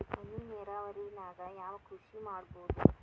ಹನಿ ನೇರಾವರಿ ನಾಗ್ ಯಾವ್ ಕೃಷಿ ಮಾಡ್ಬೋದು?